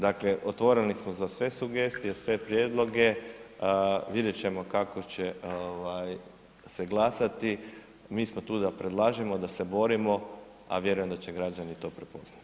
Dakle, otvoreni smo za sve sugestije, sve prijedloge, vidjet ćemo kako će se glasati, mi smo tu da predlažemo, da se borimo, a vjerujem da će građani to prepoznati.